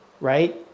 Right